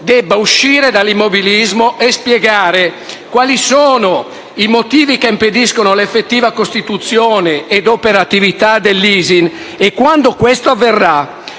debba uscire dall'immobilismo e spiegare quali sono i motivi che impediscono l'effettiva costituzione ed operatività dell'ISIN e quando questo avverrà;